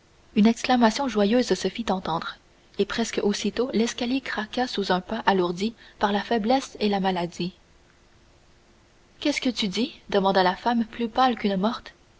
une exclamation joyeuse se fit entendre et presque aussitôt l'escalier craqua sous un pas alourdi par la faiblesse et la maladie qu'est-ce que tu dis demanda la femme plus pâle qu'une morte